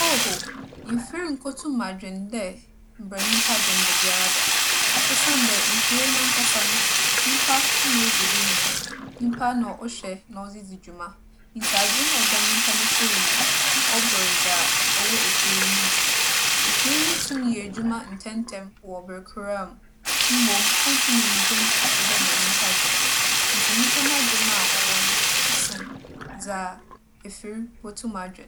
Oho, mfir nnkotum adwen dɛ mbrɛ nyimpa dwen dabiara da osiandɛ mfir narankasa no, nyimpa na odzi do nyim. Nyimpa na ͻhwɛ ͻdze dzi dwuma. Ntsi adwen a ͻda nyimpa ne tsir mu no, ͻbor dza ͻwͻ efir no mu. Efir no tum yɛ edwuma ntsɛntsɛm wͻ ber kor ara mu, mbom onntum nndwen tse dɛ ma nyimpa dwen ntsi nyimpa n'adwen a ͻwͻ no, ͻso sen dza efir botum adwen.